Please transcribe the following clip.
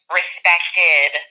respected